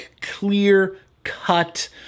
clear-cut